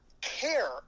care